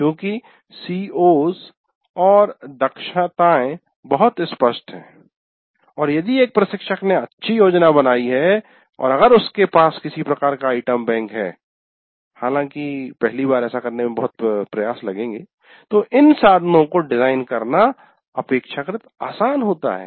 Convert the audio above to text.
चूँकि CO CO's और दक्षताएं बहुत स्पष्ट हैं और यदि एक प्रशिक्षक ने अच्छी योजना बनाई है और अगर उसके पास किसी प्रकार का आइटम बैंक है हालाँकि पहली बार ऐसा करने में बहुत प्रयास लगेगे तो इन साधनों को डिजाइन करना अपेक्षाकृत आसान होता है